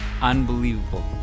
unbelievable